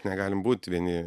negalim būt vieni